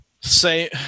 Say